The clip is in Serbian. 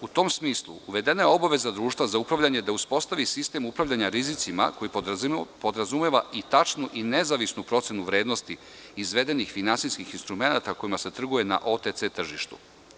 U tom smislu uvedena je obaveza društva za upravljanje da uspostavi sistem upravljanja rizicima koji podrazumeva i tačnu i nezavisnu procenu vrednosti izvedenih finansijskih instrumenata kojima se trguje na OTC tržištu.